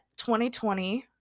2020